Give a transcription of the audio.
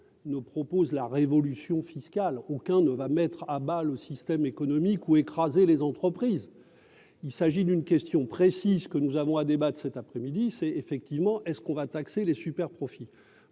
ne propose la révolution fiscale, aucun ne va mettre à mal au système économique ou écraser les entreprises, il s'agit d'une question précise que nous avons à débattent cet après-midi, c'est effectivement est-ce qu'on va taxer les superprofits